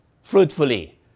fruitfully